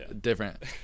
different